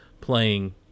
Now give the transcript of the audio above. playing